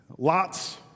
Lots